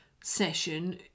session